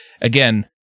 again